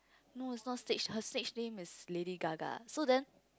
no it's not stage her stage name is Lady-Gaga so then